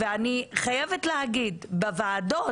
אני חייבת להגיד בוועדות,